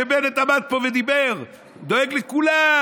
כמו שבנט עמד פה ודיבר: דואג לכולם,